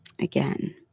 Again